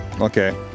Okay